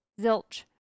Zilch